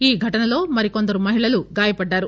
ఈ ఘటనలో మరికొందరు మహిళలు గాయపడ్డారు